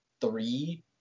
three